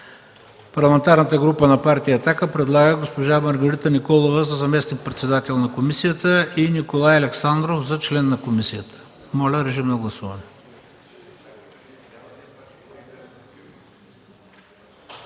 Парламентарната група на Партия „Атака” предлага госпожа Маргарита Николова за заместник-председател на комисията и Николай Александров за член на комисията. Моля, режим на гласуване.